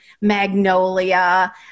Magnolia